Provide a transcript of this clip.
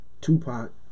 Tupac